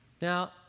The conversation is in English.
Now